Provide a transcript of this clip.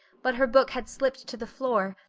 but her book had slipped to the floor,